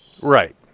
Right